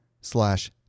slash